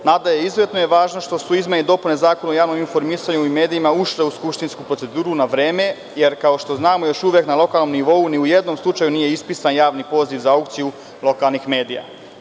Izuzetno je važno što su izmene i dopuneZakona o javnom informisanju i medijima ušle u skupštinsku proceduru na vreme, jer kao što znamo još uvek na lokalnom nivou u ni jednom slučaju nije ispisan javni poziv za aukciju lokalnih medija.